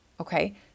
Okay